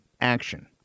action